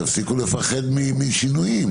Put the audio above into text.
תפסיקו לפחד משינויים.